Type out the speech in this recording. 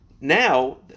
Now